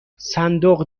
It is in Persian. صندوق